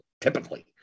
typically